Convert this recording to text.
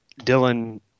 Dylan